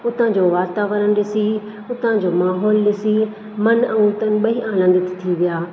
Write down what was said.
हुतां जो वातावरण ॾिसी हुतां जो माहौल ॾिसी मनु ऐं तनु ॿेई आंनदितु थी विया